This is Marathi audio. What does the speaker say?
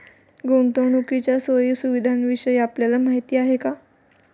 गुंतवणुकीच्या सोयी सुविधांविषयी आपल्याला माहिती आहे का?